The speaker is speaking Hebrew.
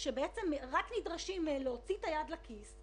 שרק נדרשים להכניס את היד לכיס,